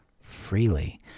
freely